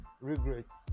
regrets